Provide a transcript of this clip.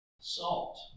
Salt